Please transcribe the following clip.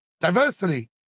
diversity